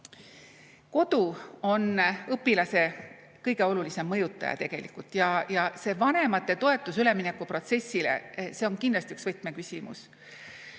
Kodu on õpilase kõige olulisem mõjutaja tegelikult ja vanemate toetus üleminekuprotsessile on kindlasti üks võtmeküsimusi.